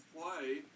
play